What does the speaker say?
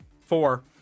four